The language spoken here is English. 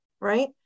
Right